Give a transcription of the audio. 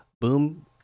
Boom